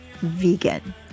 vegan